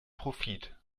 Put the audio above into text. profit